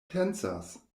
pensas